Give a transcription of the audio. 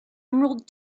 emerald